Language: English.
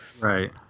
Right